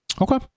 Okay